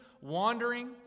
wandering